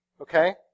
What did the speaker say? okay